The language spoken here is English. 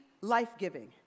life-giving